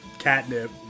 catnip